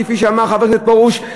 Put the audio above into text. כפי שאמר חבר הכנסת פרוש,